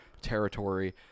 territory